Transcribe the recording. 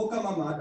חוק הממ"ד,